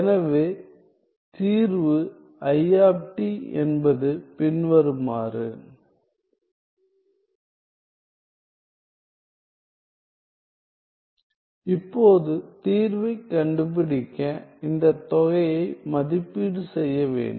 எனவே தீர்வு I என்பது பின்வருமாறு இப்போது தீர்வைக் கண்டுபிடிக்க இந்த தொகையை மதிப்பீடு செய்ய வேண்டும்